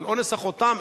על אונס אחותם,